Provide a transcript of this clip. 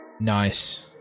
Nice